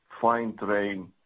fine-train